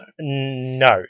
no